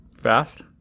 fast